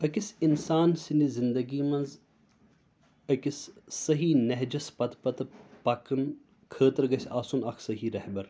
أکِس اِنسان سٕنٛدِ زِندگی منٛز أکِس صحیح نہجَس پتہٕ پتہٕ پکٕنۍ خٲطرٕ گژھِ آسُن اَکھ صحیح رہبر